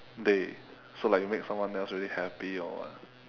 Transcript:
day so like you make someone else really happy or what